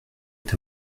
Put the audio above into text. est